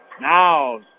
Now